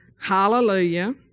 Hallelujah